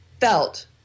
felt